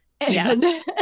Yes